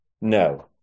no